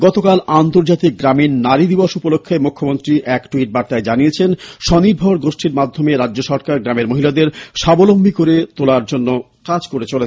গতকাল আন্তর্জাতিক গ্রামীণ নারী দিবস উপলক্ষে মুখ্যমন্ত্রী এক ট্যুইট বার্তায় জানিয়েছেন স্বনির্ভর গোষ্ঠীর মাধ্যমে রাজ্য সরকার গ্রামের মহিলাদের স্বাবলম্বী করে তোলার জন্য কাজ করে চলেছে